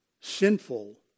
sinful